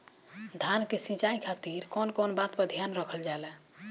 धान के सिंचाई खातिर कवन कवन बात पर ध्यान रखल जा ला?